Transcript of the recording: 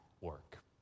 work